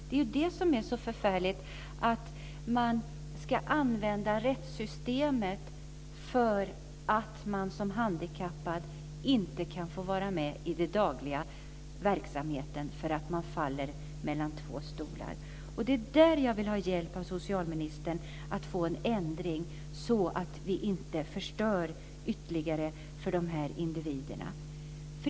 Det förfärliga är att man som handikappad måste använda rättssystemet om man inte får vara med i den dagliga verksamheten utan faller mellan två stolar. Jag vill få hjälp från socialministern att få till stånd en ändring så att vi inte ytterligare förstör för de här individerna.